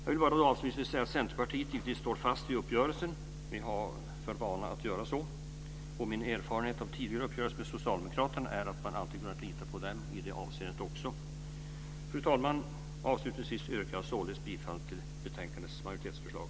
Avslutningsvis vill jag säga att Centerpartiet givetvis står fast vid uppgörelsen. Vi har för vana att göra så, och min erfarenhet av tidigare uppgörelser med socialdemokraterna är att man alltid har kunna lita på dem i det avseendet också. Fru talman! Jag yrkar således bifall till betänkandets majoritetsförslag.